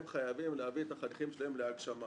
הם חייבים להביא את החניכים שלהם להגשמה.